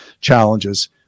challenges